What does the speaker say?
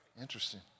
Interesting